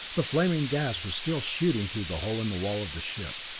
the flaming gas was still shooting through the hole in the wall of the ship,